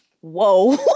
Whoa